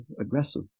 aggressive